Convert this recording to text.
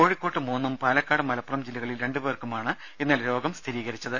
കോഴിക്കോട്ട് മൂന്നും പാലക്കാട് മലപ്പുറം ജില്ലകളിൽ രണ്ടുപേർക്കുമാണ് ഇന്നലെ രോഗം സ്ഥിരീകരിച്ചത്